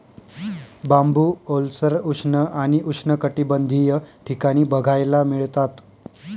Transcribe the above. बांबू ओलसर, उष्ण आणि उष्णकटिबंधीय ठिकाणी बघायला मिळतात